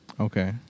Okay